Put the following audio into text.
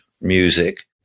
music